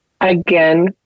again